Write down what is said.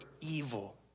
evil